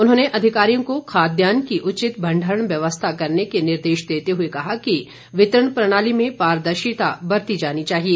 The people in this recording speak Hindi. उन्होंने अधिकारियों को खाद्यान्न की उचित भंडारण व्यवस्था करने के निर्देश देते हुए कहा कि वितरण प्रणाली में पारदर्शिता बरती जानी चाहिए